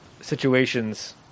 situations